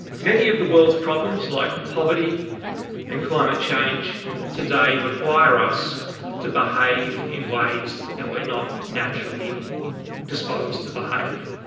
many of the world's problems like poverty and climate change today require us to behave in ways that we're not naturally disposed to behave.